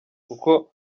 kuko